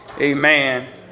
Amen